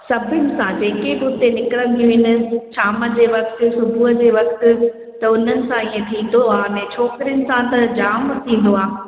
सभिनि सां जेके बि उते निकरन थियूं इन शाम जे वक़्तु सुबूह जे वक़्तु त उन्हनि सां ईअं थींदो आहे अने छोकिरियुनि सां त जाम थींदो आहे